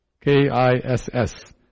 K-I-S-S